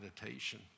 meditation